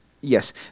yes